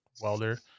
welder